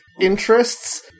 interests